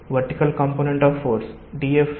vertical component of force dFVp